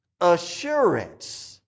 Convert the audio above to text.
assurance